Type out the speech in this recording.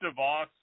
DeVos